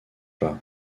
pas